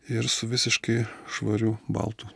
ir su visiškai švariu baltu